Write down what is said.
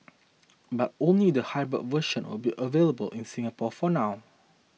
but only the hybrid version will be available in Singapore for now